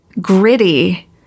gritty